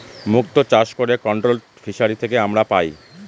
মুক্ত চাষ করে কন্ট্রোলড ফিসারী থেকে আমরা পাই